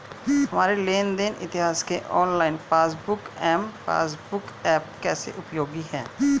हमारे लेन देन इतिहास के online passbook M passbook app कैसे उपयोगी है?